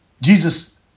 Jesus